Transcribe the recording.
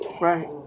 Right